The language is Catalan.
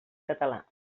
català